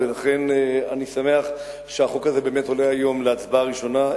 לכן אני שמח שהחוק הזה עולה היום להצבעה בקריאה ראשונה,